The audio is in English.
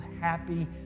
happy